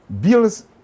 bills